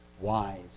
wise